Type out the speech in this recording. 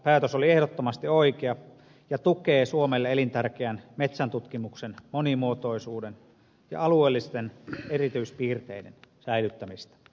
päätös oli ehdottomasti oikea ja tukee suomelle elintärkeän metsäntutkimuksen monimuotoisuuden ja alueellisten erityispiirteiden säilyttämistä